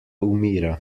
umira